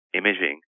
imaging